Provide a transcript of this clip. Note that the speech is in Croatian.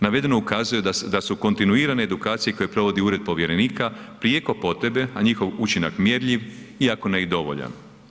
Navedeno ukazuje da su kontinuirane edukacije koje provodi Ured povjerenika, prijeko potrebne, a njihov učinak mjerljiv, iako ne i dovoljan.